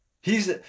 He's-